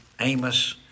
Amos